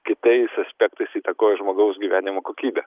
kitais aspektais įtakoja žmogaus gyvenimo kokybę